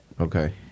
Okay